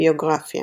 ביוגרפיה